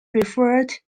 referred